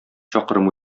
чакрым